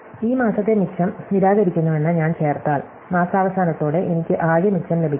ഈ മാസത്തെ മിച്ചം നിരാകരിക്കുന്നുവെന്ന് ഞാൻ ചേർത്താൽ മാസാവസാനത്തോടെ എനിക്ക് ആകെ മിച്ചം ലഭിക്കും